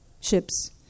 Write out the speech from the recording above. ships